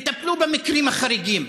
תטפלו במקרים החריגים,